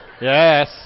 Yes